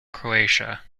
croatia